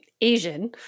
Asian